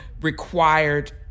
required